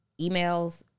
emails